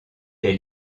des